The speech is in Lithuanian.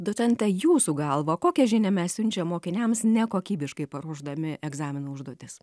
docente jūsų galva kokią žinią mes siunčiam mokiniams nekokybiškai paruošdami egzaminų užduotis